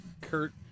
Kurt